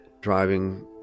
driving